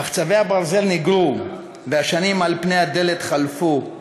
// מחצבי הברזל ניגרו, / והשנים על-פני הדלת חלפו.